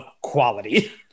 quality